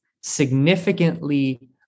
significantly